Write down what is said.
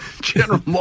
General